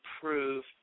prove